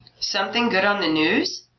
something good on the news?